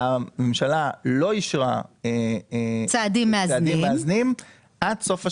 הממשלה לא אישרה צעדים מאזנים עד סוף השנה,